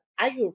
Azure